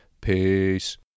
Peace